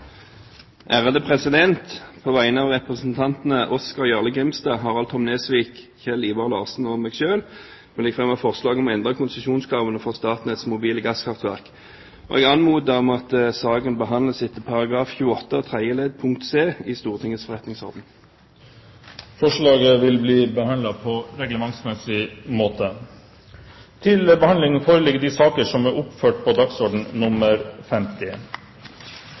På vegne av representantene Oskar Jarle Grimstad, Harald T. Nesvik, Kjell Ivar Larsen og meg selv vil jeg fremme forslag om å endre konsesjonskravene for Statnetts mobile gasskraftverk. Jeg anmoder om at saken behandles etter § 28 tredje ledd punkt c i Stortingets forretningsorden. Forslaget vil bli behandlet på reglementsmessig måte.